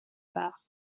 part